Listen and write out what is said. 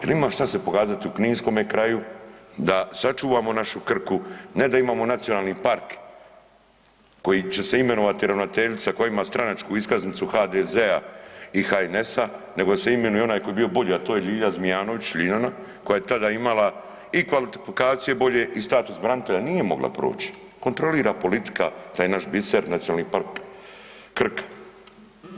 Jel ima šta se pokazati u kninskome kraju da sačuvamo našu Krku, ne da imamo nacionalni park koji će se imenovati ravnateljica koja ima stranačku iskaznicu HDZ-a i HNS-a, nego da se imenuje onaj tko je bio bolji, a to je Lilja Zmijanović Ljiljana koja je tada imala i kvalifikacije bolje i status branitelja, nije mogla proći, kontrolira politika taj naš biser, Nacionalni park Krka.